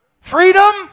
Freedom